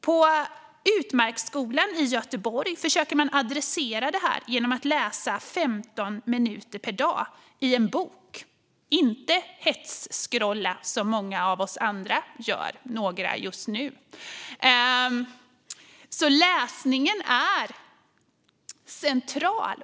På Utmarksskolan i Göteborg försöker man ta sig an det här genom att läsa 15 minuter per dag i en bok, inte hetsskrolla som många av oss andra gör och vilket några gör just nu. Läsningen är central.